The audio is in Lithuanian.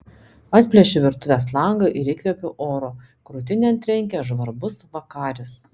atplėšiu virtuvės langą ir įkvepiu oro krūtinėn trenkia žvarbus vakaris